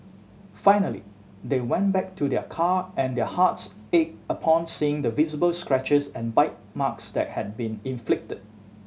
finally they went back to their car and their hearts ached upon seeing the visible scratches and bite marks that had been inflicted